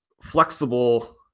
flexible